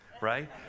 right